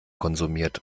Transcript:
konsumiert